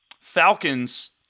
Falcons